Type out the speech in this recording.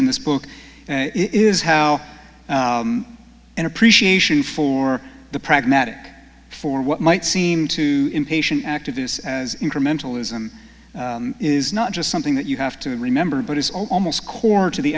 in this book is how an appreciation for the pragmatic for what might seem to patient activists as incremental ism is not just something that you have to remember but it's almost core to the